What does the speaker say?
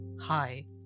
hi